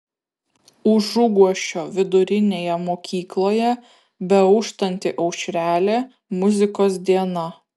užuguosčio vidurinėje mokykloje beauštanti aušrelė muzikos diena